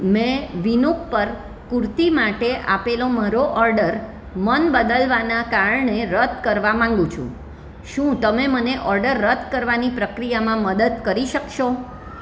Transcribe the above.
મેં વિનુક પર કુર્તિ માટે આપેલો મારો ઓર્ડર મન બદલાવાના કારણે રદ કરવા માગું છું શું તમે મને ઓર્ડર રદ કરવાની પ્રક્રિયામાં મદદ કરી શકશો